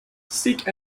seek